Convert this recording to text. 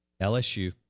LSU